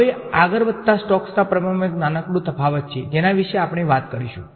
હવે આગળ વધતા સ્ટોકના પ્રમેયમાં એક નાનો તફાવત છે જેના વિશે આપણે વાત કરીશું